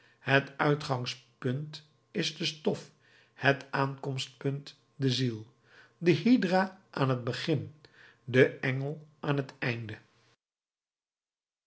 het uitgangspunt is de stof het aankomstpunt de ziel de hydra aan het begin de engel aan het einde